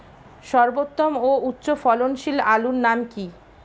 সর্বোত্তম ও উচ্চ ফলনশীল আলুর নাম কি?